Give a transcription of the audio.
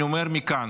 אני אומר מכאן